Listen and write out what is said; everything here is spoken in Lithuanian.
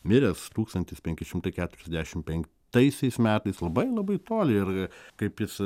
miręs tūkstantis penki šimtai keturiasdešim penktaisiais metais labai labai toli ir kaip jis